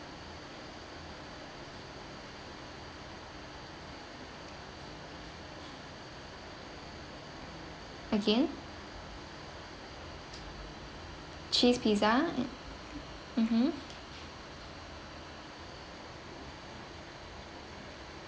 again cheese pizza mmhmm